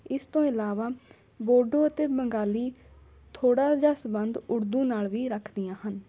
ਇਸ ਤੋਂ ਇਲਾਵਾ ਬੋਡੋ ਅਤੇ ਬੰਗਾਲੀ ਥੋੜ੍ਹਾ ਜਿਹਾ ਸਬੰਧ ਉਰਦੂ ਨਾਲ ਵੀ ਰੱਖਦੀਆਂ ਹਨ